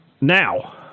Now